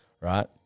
right